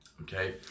okay